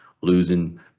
losing